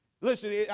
Listen